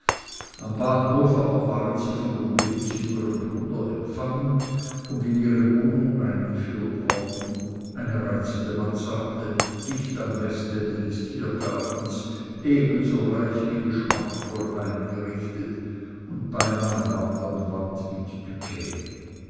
am bahnhof aber waren sie von rubehns jüngerem bruder empfangen und in ihre wohnung eingeführt worden eine reizende mansarde dicht am westende des tiergartens ebenso reich wie geschmackvoll eingerichtet und beinah wand an wand mit